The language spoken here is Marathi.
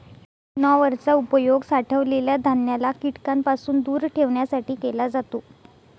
विनॉवर चा उपयोग साठवलेल्या धान्याला कीटकांपासून दूर ठेवण्यासाठी केला जातो